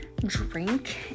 drink